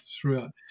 throughout